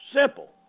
Simple